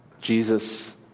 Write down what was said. Jesus